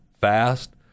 fast